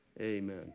Amen